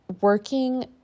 working